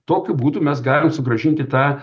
tokiu būdu mes galim sugrąžinti tą